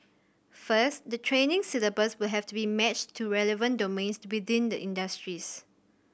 first the training syllabus will have to be matched to relevant domains to within the industries